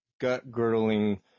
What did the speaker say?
gut-girdling